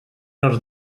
els